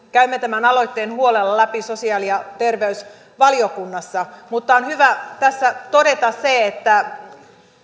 käymme tämän aloitteen huolella läpi sosiaali ja terveysvaliokunnassa mutta on hyvä tässä todeta se että